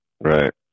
right